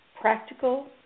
Practical